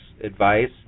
advice